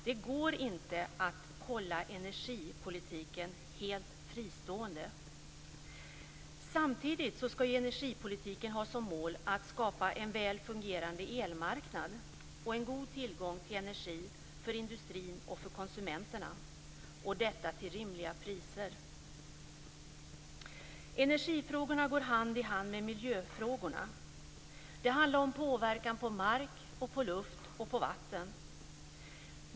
Det går inte att hålla energipolitiken helt fristående. Samtidigt skall energipolitiken ha som mål att skapa en väl fungerande elmarknad och en god tillgång till energi för industrin och för konsumenterna, och detta till rimliga priser. Energifrågorna går hand i hand med miljöfrågorna. Det handlar om påverkan på mark, på luft och på vatten.